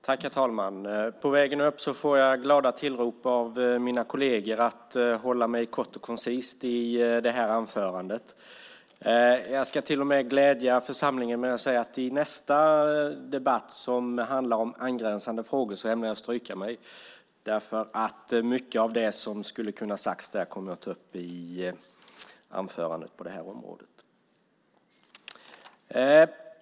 Herr talman! På vägen upp får jag glada tillrop av mina kolleger att hålla mig kort och koncis i det här anförandet. Jag ska till och med glädja församlingen med att säga att jag i nästa debatt, som handlar om angränsande frågor, ämnar stryka mig, därför att jag kommer att ta upp mycket av det som skulle ha kunnat sägas där i anförandet på det här området.